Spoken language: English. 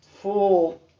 full